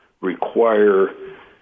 require